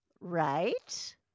right